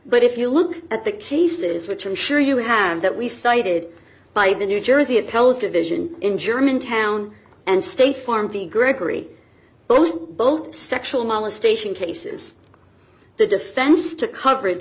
but if you look at the cases which i'm sure you have that we cited by the new jersey appellate division in germantown and state farm v gregory both both sexual molestation cases the defense to coverage